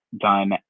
done